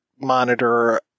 monitor